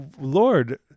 Lord